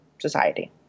society